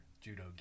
judo